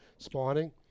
Spawning